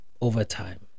overtime